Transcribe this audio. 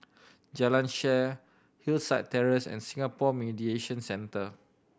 Jalan Shaer Hillside Terrace and Singapore Mediation Centre